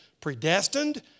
predestined